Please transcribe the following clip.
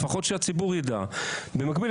לפחות שהציבור ידע: במקביל,